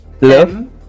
love